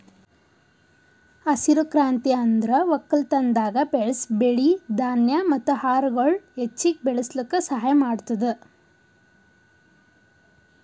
ಹಸಿರು ಕ್ರಾಂತಿ ಅಂದುರ್ ಒಕ್ಕಲತನದಾಗ್ ಬೆಳಸ್ ಬೆಳಿ, ಧಾನ್ಯ ಮತ್ತ ಆಹಾರಗೊಳ್ ಹೆಚ್ಚಿಗ್ ಬೆಳುಸ್ಲುಕ್ ಸಹಾಯ ಮಾಡ್ತುದ್